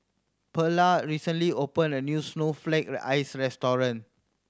Perla recently opened a new snowflake the ice restaurant